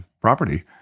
property